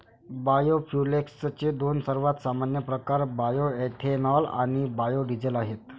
बायोफ्युएल्सचे दोन सर्वात सामान्य प्रकार बायोएथेनॉल आणि बायो डीझेल आहेत